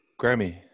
Grammy